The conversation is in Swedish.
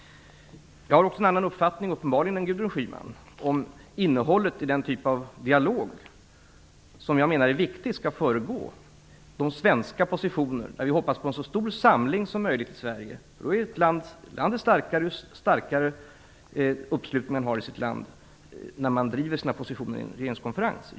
Jag har uppenbarligen också en annan uppfattning än Gudrun Schyman om innehållet i den typ av dialog som jag menar är viktig och som skall föregå de svenska positionerna. Vi hoppas där på en så stor samling som möjligt i Sverige. Ett land är ju starkare om uppslutningen är stor i landet när man driver sina positioner i en regeringskonferens.